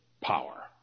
power